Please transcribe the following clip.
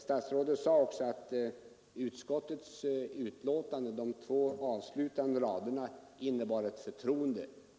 Statsrådet sade också att de två avslutande raderna i utskottets betänkande innebar ett förtroende.